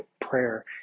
prayer